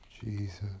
Jesus